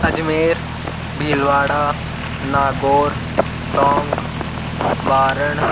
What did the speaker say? Ajmer Bhilwara Nagaur Tonk Baran